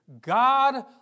God